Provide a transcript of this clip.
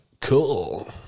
Cool